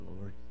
Lord